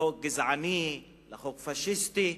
לחוק גזעני, לחוק פאשיסטי.